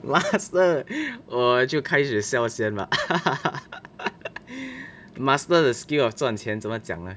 master 我就开始笑先 lah master the skill of 赚钱怎么讲 leh